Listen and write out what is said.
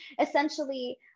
essentially